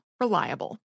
Reliable